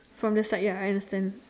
from the side ya I understand